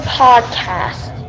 podcast